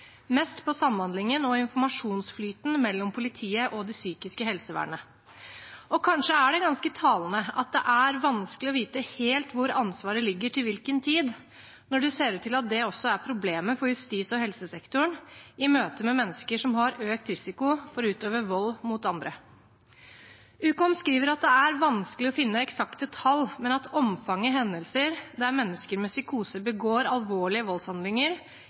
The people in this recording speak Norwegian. mest med tanke på samhandlingen og informasjonsflyten mellom politiet og det psykiske helsevernet. Kanskje er det ganske talende at det er vanskelig å vite helt hvor ansvaret ligger til hvilken tid, når det ser ut til at det også er problemet for justis- og helsesektoren i møte med mennesker som har økt risiko for å utøve vold mot andre. Ukom skriver at det er vanskelig å finne eksakte tall, men at omfanget av hendelser der mennesker med psykose begår alvorlige voldshandlinger,